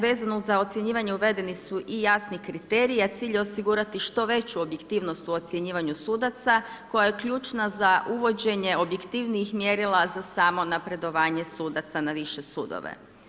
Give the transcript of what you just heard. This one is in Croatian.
Vezano za ocjenjivanje, uvedeni su i jasni kriteriji, a cilj je osigurati što veću objektivnost u ocjenjivanju sudaca koja je ključna za uvođenje objektivnijih mjerila za samo napredovanje sudaca na više sudove.